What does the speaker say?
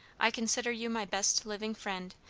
i consider you my best living friend,